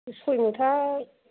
सय मुथा